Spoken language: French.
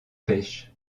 pêches